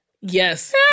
Yes